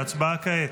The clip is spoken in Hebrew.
הצבעה כעת.